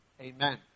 Amen